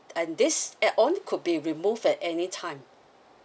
and this add-on could be removed at any time